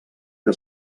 que